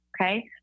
okay